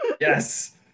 Yes